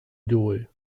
idol